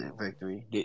victory